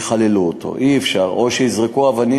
יחללו אותו, אי-אפשר, או שיזרקו אבנים